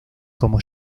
como